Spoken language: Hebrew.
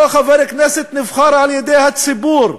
אותו חבר כנסת נבחר על-ידי הציבור,